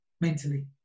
mentally